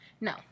No